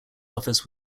office